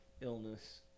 illness